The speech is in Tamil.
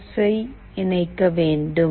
எக்ஸ் ஐ இணைக்க வேண்டும்